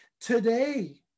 today